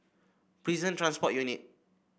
Prison Transport Unit